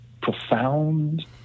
profound